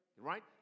Right